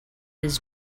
his